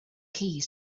keys